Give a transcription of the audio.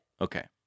Okay